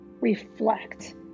reflect